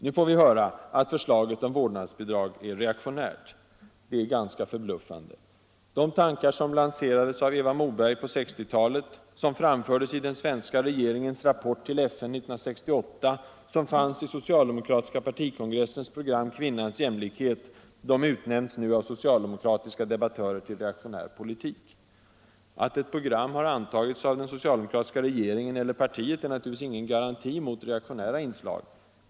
Nu får vi höra att förslaget om vårdnadsbidrag är reaktionärt. Det är ganska förbluffande. De tankar som lanserades av Eva Moberg på 1960-talet, som framfördes i den svenska regeringens rapport till FN 1968, som fanns i socialdemokratiska partikongressens program Kvinnans jämlikhet, det utnämns nu av socialdemokratiska debattörer till reaktionär politik. Att ett program har antagits av den socialdemokratiska regeringen eller av partiet är naturligtvis ingen garanti mot reaktionära inslag.